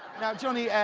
now johnny,